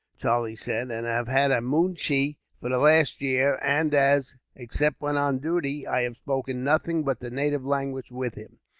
charlie said, and have had a moonshee for the last year and as, except when on duty, i have spoken nothing but the native language with him,